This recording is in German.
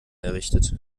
errichtet